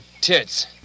tits